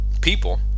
people